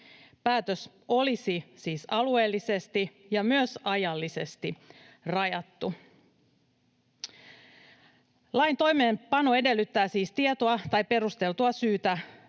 Päätös olisi siis alueellisesti ja myös ajallisesti rajattu. Lain toimeenpano edellyttää siis tietoa tai perusteltua